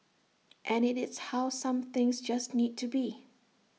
and IT is how some things just need to be